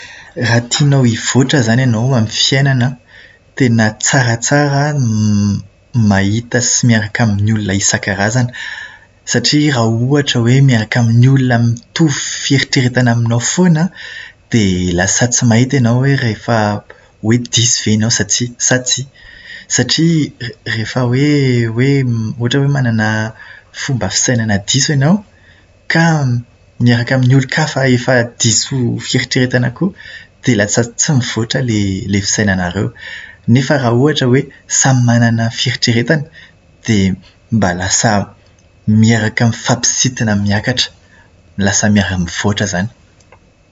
Raha tianao hivoatra izany ianao amin'ny fiainana, tena tsaratsara ny m- mahita sy miaraka amin'ny olona isan-karazany. Satria raha ohatra hoe miaraka amin'ny olona mitovy fieritreretana aminao foana an, dia lasa tsy mahita ianao hoe rehefa hoe diso ve ianao sa tsia sa tsia. Satria, re- rehefa hoe hoe ohatra hoe manana fomba fisainana diso ianao, ka miaraka amin'olon-kafa efa diso fieritreretana koa, dia lasa tsy mivoatra ilay ilay fisainanareo. Nefa raha ohatra hoe samy manana ny fieritreretany, dia mba lasa miaraka mifampisintona miakatra. Lasa miara-mivoatra izany.